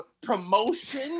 promotion